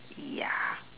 ya